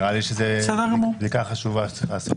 נראה לי שזאת בדיקה חשובה שצריך לעשות.